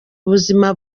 ubuzima